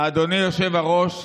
אדוני יושב-הראש,